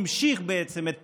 המשיך בעצם את פועלו,